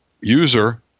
user